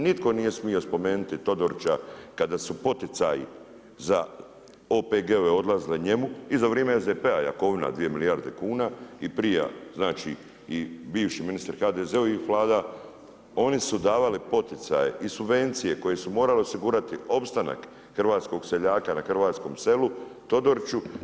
Nitko nije smio spomenuti Todorića kada su poticaji za OPG-ove odlazile njemu i za vrijeme SDP-a Jakovina 2 milijarde kuna i prije znači i bivši ministri HDZ-ovih vlada oni su davali poticaje i subvencije koje su morale osigurati opstanak hrvatskog seljaka na hrvatskom selu Todoriću.